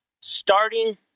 starting